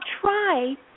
try